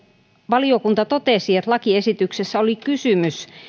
valiokunta totesi että lakiesityksessä oli kysymys